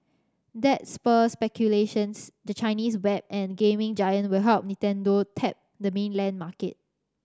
that spurred speculations the Chinese web and gaming giant will help Nintendo tap the mainland market